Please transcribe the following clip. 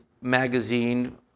magazine